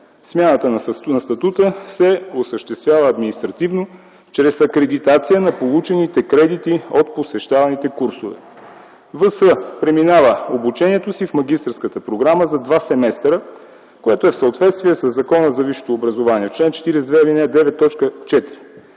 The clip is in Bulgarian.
Смяната на статута се осъществява административно чрез акредитация на получените кредити от посещаваните курсове. В.С. преминава обучението си в магистърската програма за два семестъра, което е в съответствие със Закона за висшето образование. В чл. 42, ал.